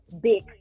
big